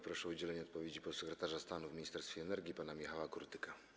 Proszę o udzielenie odpowiedzi podsekretarza stanu w Ministerstwie Energii pana Michała Kurtykę.